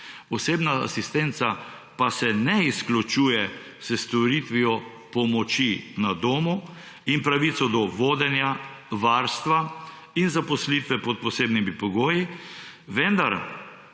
Osebna asistenca pa se ne izključuje s storitvijo pomoči na domu in pravico do vodenja, varstva in zaposlitve pod posebnimi pogoji, vendar